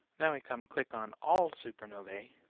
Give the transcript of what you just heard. then we come click on all supernovae